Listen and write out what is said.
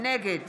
נגד